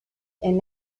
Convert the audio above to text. and